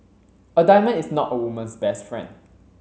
a diamond is not a woman's best friend